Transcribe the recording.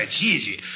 easy